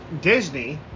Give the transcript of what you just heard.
Disney